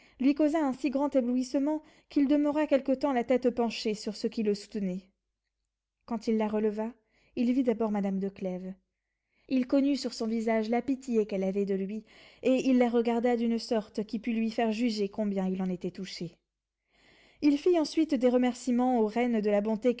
lui causa un si grand éblouissement qu'il demeura quelque temps la tête penchée sur ceux qui le soutenaient quand il la releva il vit d'abord madame de clèves il connut sur son visage la pitié qu'elle avait de lui et il la regarda d'une sorte qui pût lui faire juger combien il en était touché il fit ensuite des remerciements aux reines de la bonté